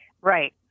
Right